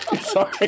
Sorry